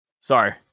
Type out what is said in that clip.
sorry